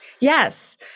yes